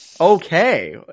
okay